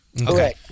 Okay